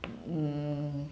mm